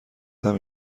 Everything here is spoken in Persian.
دهم